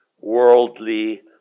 worldly